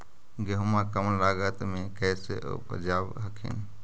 गेहुमा कम लागत मे कैसे उपजाब हखिन?